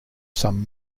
some